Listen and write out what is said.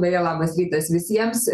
beje labas rytas visiems